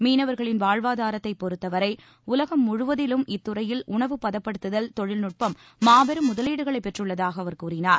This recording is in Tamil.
மீனவர்களின் வாழ்வாதாரத்தை பொறுத்தவரை உலகம் முழுவதிலும் இத்துறையில் உணவுப் பதப்படுத்துதல் தொழில்நுட்பம் மாபெரும் முதலீடுகளை பெற்றுள்ளதாக அவர் கூறினார்